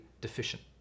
deficient